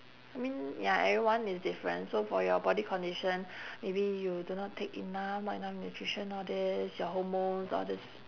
I mean ya everyone is different so for your body condition maybe you do not take enough not enough nutrition all this your hormones all this